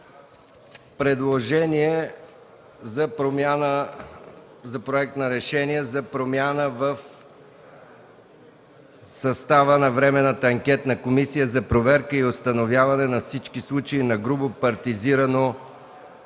решение е за промяна в състава на Временната анкетна комисия за проверка и установяване на всички случаи на грубо партизирано